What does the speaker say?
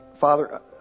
Father